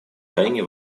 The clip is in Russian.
крайне